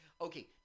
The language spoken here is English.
Okay